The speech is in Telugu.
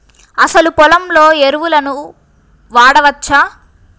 అసలు పొలంలో ఎరువులను వాడవచ్చా?